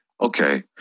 okay